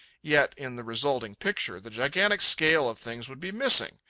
yet in the resulting picture the gigantic scale of things would be missing.